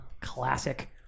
Classic